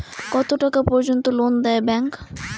কত টাকা পর্যন্ত লোন দেয় ব্যাংক?